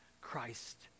Christ